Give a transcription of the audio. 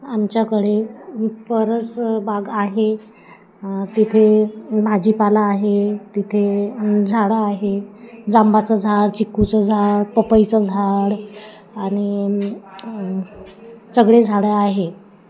आमच्याकडे परस बाग आहे तिथे भाजीपाला आहे तिथे झाडं आहे जांबाचं झाड चिक्कूचं झाड पपईचं झाड आणि सगळे झाडं आहे